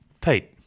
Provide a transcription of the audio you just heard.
Pete